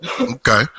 Okay